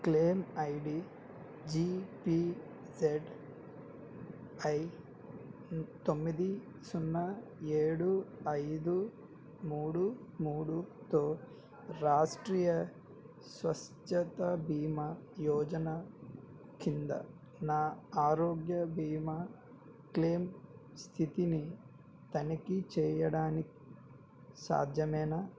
claim ID G P Z I తొమ్మిది సున్నా ఏడు ఐదు మూడు మూడుతో రాష్ట్రీయ స్వస్థ్యత బీమా యోజనా కింద నా ఆరోగ్య బీమా క్లేమ్ స్థితిని తనిఖీ చేయడానికి సాధ్యమేనా